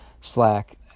slack